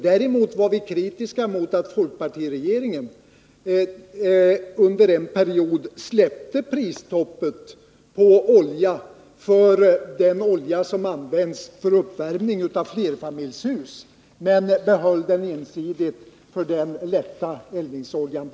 Däremot var vi kritiska mot att folkpartiregeringen under en period släppte prisstoppet på den olja som används för uppvärmning av flerfamiljshus men behöll det ensidigt för den lätta eldningsoljan.